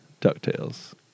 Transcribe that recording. Ducktales